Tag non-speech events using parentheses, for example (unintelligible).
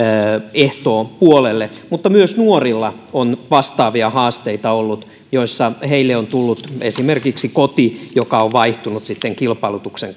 ehtoopuolelle mutta myös nuorilla on ollut vastaavia haasteita joissa heille on tullut esimerkiksi koti joka on vaihtunut sitten kilpailutuksen (unintelligible)